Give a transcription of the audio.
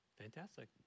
Fantastic